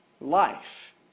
life